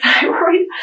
thyroid